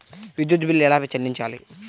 విద్యుత్ బిల్ ఎలా చెల్లించాలి?